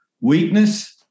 weakness